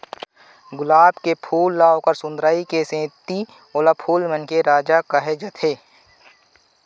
गुलाब के फूल ल ओकर सुंदरई के सेती ओला फूल मन के राजा कहे जाथे